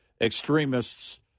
extremists